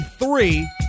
three